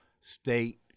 state